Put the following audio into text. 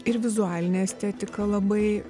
ir vizualinė estetika labai